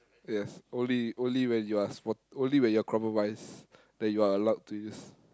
yes only only when you are spot~ only when you are compromise then you are allowed to use